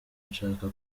nshaka